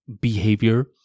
behavior